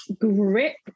grip